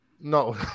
No